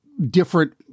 different